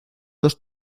dos